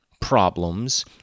problems